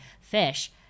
fish